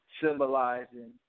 symbolizing